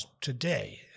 Today